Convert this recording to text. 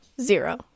zero